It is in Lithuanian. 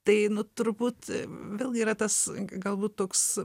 tai nu turbūt vėl yra tas galbūt toks